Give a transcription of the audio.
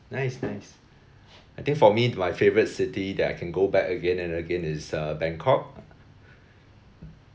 nice nice I think for me my favourite city that I can go back again and again is uh bangkok